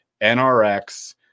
NRX